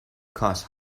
cause